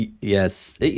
Yes